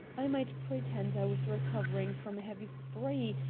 i might pretend i was recovering from a heavy spree,